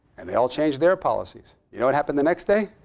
and they all changed their policies. you know what happened the next day?